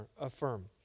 affirm